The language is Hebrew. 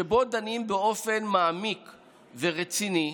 שבו דנים באופן מעמיק ורציני,